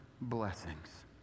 blessings